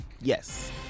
Yes